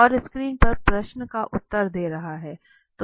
और स्क्रीन पर प्रश्न का उत्तर दें रहा है